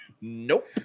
Nope